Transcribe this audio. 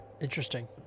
interesting